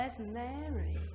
Mary